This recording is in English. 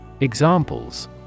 Examples